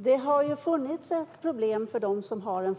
Fru talman! Det har funnits ett problem för dem som har en